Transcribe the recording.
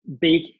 big